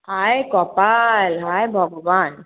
হায় কপাল হায় ভগবান